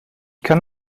kann